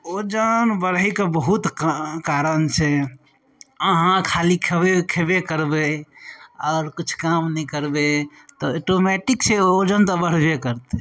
वजन बढयके बहुत कारण छै अहाँ खाली खेबे खेबे करबय आओर किछु काम नहि करबय तऽ ऑटोमैटिक छै वजन तऽ बढबे करतय